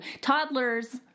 Toddlers